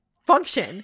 function